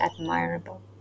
admirable